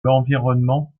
l’environnement